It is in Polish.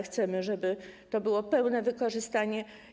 Chcemy, żeby to było pełne wykorzystanie.